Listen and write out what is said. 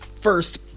first